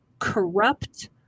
corrupt